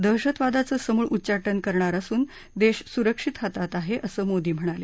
दहशतवादाचं समुळ उच्चाटन करणार असून देश सुरक्षित हातात आहे असं मोदी म्हणाले